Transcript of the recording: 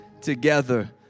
together